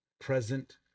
present